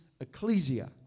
ecclesia